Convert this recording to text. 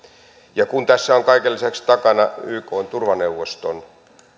ja kun tässä on kaiken lisäksi takana ykn turvaneuvoston